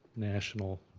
national